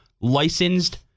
licensed